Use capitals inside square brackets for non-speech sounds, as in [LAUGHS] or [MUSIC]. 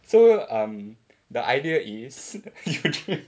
so um the idea is [LAUGHS] you drin~